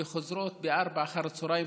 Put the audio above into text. וחוזרות ב-16:00,